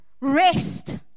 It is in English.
rest